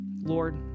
lord